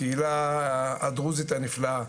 לקהילה הדרוזית הנפלאה.